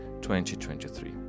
2023